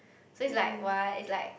so it's like !wah! it's like